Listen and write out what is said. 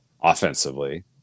offensively